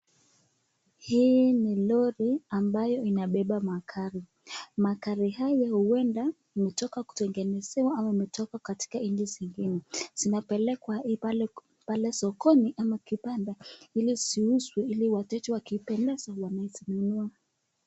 Hii ni lori ambayo inabeba magari. Magari hayo huenda yametoka kutengenezewa ama yametoka katika nchi zengine. Zinapelekwa i pale, pale sokoni ama kibanda ili ziuzwe ili wateja wakipendezwa wanaweza nunua.